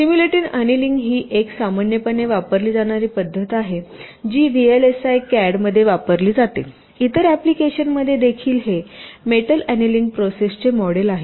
simulated annealing ही एक सामान्यपणे वापरली जाणारी पद्धत आहे जी व्हीएलएसआय कॅड मध्ये वापरली जाते इतर अँप्लिकेशनमध्ये देखील हे मेटल अनीलिंग प्रोसेस चे मॉडेल आहे